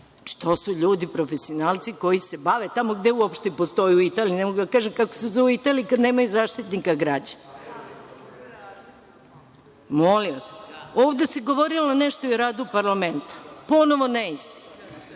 to su ljudi profesionalci koji se bave, tamo gde uopšte i postoje, u Italiji ne mogu da kažem kako se zove kad nemaju Zaštitnika građana. Ovde se govorilo nešto i o radu parlamenta. Ponovo neistina.